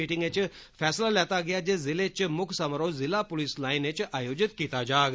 मीटिंगा इच फैसला लैता गेआ जे जिले इच मुक्ख समारोह जिला पुलिस लाईन इच आयोजत कीता जाग